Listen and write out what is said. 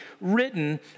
written